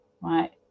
right